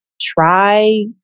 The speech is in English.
try